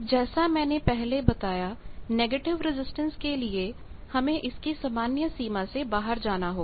अब जैसा मैंने पहले बताया नेगेटिव रेजिस्टेंस के लिए हमें इसकी सामान्य सीमा से बाहर जाना होगा